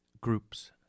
groups